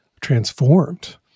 transformed